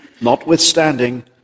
Notwithstanding